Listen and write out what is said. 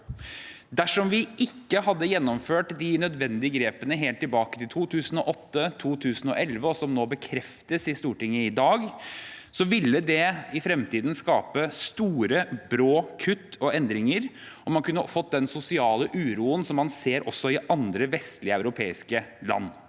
Dersom vi ikke hadde gjennomført de nødvendige grepene helt tilbake i 2008 og 2011 som nå bekreftes i Stortinget i dag, ville det i fremtiden skape store, brå kutt og endringer, og man kunne ha fått den sosiale uroen som man ser også i andre vestlige europeiske land.